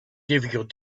difficult